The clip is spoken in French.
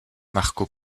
marco